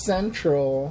Central